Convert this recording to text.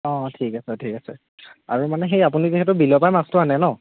অঁ ঠিক আছে ঠিক আছে আৰু মানে হেই আপুনি যিহেতু বিলৰপাই মাছটো আনে ন'